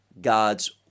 god's